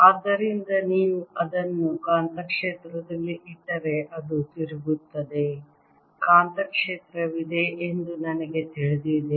ಆದ್ದರಿಂದ ನೀವು ಅದನ್ನು ಕಾಂತಕ್ಷೇತ್ರದಲ್ಲಿ ಇಟ್ಟರೆ ಅದು ತಿರುಗುತ್ತದೆ ಕಾಂತಕ್ಷೇತ್ರವಿದೆ ಎಂದು ನನಗೆ ತಿಳಿದಿದೆ